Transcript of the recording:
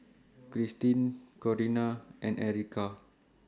Krystin Corinna and Erykah